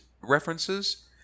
references